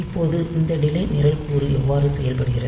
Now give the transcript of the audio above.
இப்போது இந்த டிலே நிரல்கூறு எவ்வாறு செயல்படுகிறது